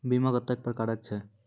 बीमा कत्तेक प्रकारक छै?